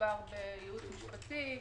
מדובר בייעוץ משפטי,